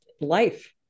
life